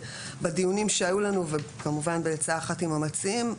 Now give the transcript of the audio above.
בדיונים שהיו לנו וכמובן בעצה אחת עם המציעים,